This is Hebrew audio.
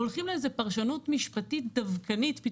והולכים למשמעות פרשנית משפטנית דבקנית,